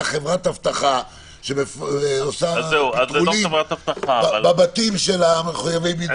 לשכור חברת אבטחה שמפטרלת בין מחויבי הבידוד הביתי.